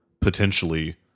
potentially